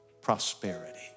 Prosperity